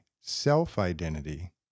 self-identity